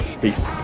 Peace